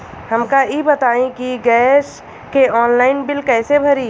हमका ई बताई कि गैस के ऑनलाइन बिल कइसे भरी?